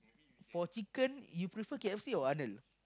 for chicken you prefer K_F_C or Arnold